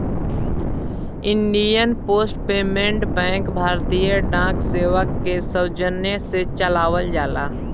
Indian post payment bank भारतीय डाक सेवा के सौजन्य से चलावल जाला